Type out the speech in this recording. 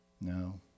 No